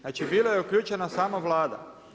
Znači bila je uključena sama Vlada.